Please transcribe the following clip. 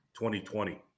2020